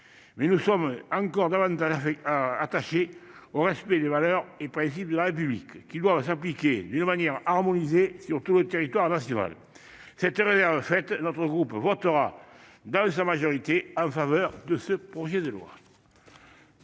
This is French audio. mais nous sommes encore davantage attachés au respect des valeurs et des principes de la République, qui doivent s'appliquer d'une manière harmonisée sur tout le territoire national. Cette réserve faite, notre groupe votera dans sa majorité en faveur de ce projet de loi.